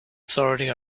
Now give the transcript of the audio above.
authority